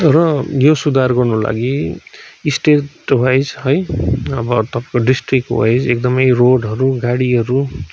र यो सुधार गर्नको लागि स्टेटवाइस है अब तपाईँको डिस्ट्रिक्ट वाइस एकदमै रोडहरू गाडीहरू